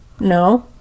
No